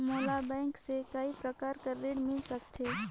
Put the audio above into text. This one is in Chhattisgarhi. मोला बैंक से काय प्रकार कर ऋण मिल सकथे?